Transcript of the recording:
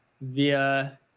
via